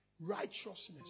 righteousness